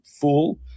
fool